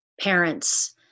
parents